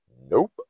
nope